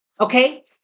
okay